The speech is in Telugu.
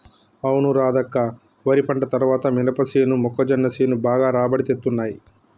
అవును రాధక్క వరి పంట తర్వాత మినపసేను మొక్కజొన్న సేను బాగా రాబడి తేత్తున్నయ్